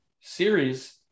series